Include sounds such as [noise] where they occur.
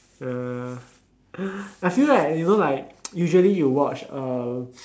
ya I feel like you know like [noise] usually you watch uh